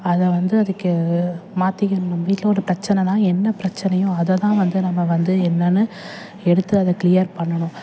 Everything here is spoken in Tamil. அதை வந்து அதுக்கு மாற்றிக்கணும் நம்ம வீட்டில் ஒரு பிரச்சனைன்னா என்ன பிரச்சனையோ அதை தான் வந்து நம்ம வந்து என்னென்னு எடுத்து அதை க்ளியர் பண்ணணும்